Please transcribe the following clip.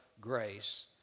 grace